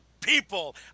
people